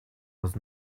was